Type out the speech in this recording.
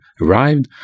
arrived